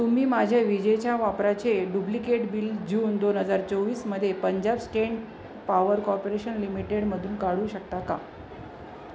तुम्ही माझ्या विजेच्या वापराचे डुब्लिकेट बिल जून दोन हजार चोवीसमध्ये पंजाब स्टेंट पॉवर कॉर्पोरेशन लिमिटेडमधून काढू शकता का